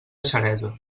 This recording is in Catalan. xeresa